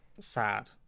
sad